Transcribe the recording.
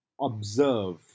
Observe